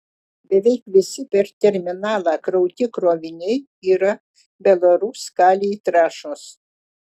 beveik visi per terminalą krauti kroviniai yra belaruskalij trąšos